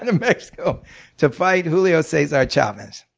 and mexico to fight julio cesar chavez.